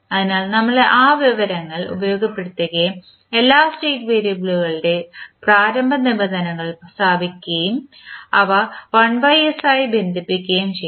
അതിനാൽ നമ്മൾ ആ വിവരങ്ങൾ ഉപയോഗപ്പെടുത്തുകയും എല്ലാ സ്റ്റേറ്റ് വേരിയബിളുകളുടെയും പ്രാരംഭ നിബന്ധനകൾ സ്ഥാപിക്കുകയും അവ 1 s ആയി ബന്ധിപ്പിക്കുകയും ചെയ്യും